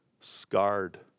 scarred